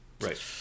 Right